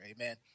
amen